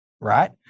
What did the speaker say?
Right